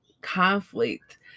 conflict